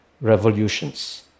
revolutions